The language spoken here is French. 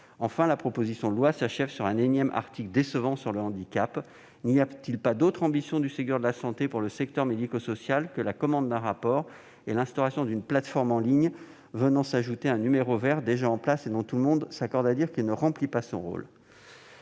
Enfin, la proposition de loi s'achève sur un énième article décevant sur le handicap. Le Ségur de la santé n'a-t-il pas d'autres ambitions pour le secteur médico-social que la commande d'un rapport et l'instauration d'une plateforme en ligne venant s'ajouter à un numéro vert déjà en place et dont tout le monde s'accorde à dire qu'il ne remplit pas son rôle ?